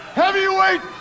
heavyweight